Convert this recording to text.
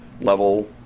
level